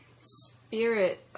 spirit